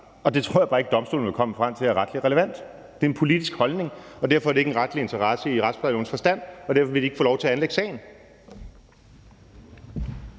og det tror jeg bare ikke at Domstolen vil komme frem til er retligt relevant. Det er en politisk holdning, og derfor er det ikke en retlig interesse i retsplejelovens forstand, og derfor vil de ikke få lov til at anlægge sagen.